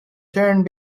turn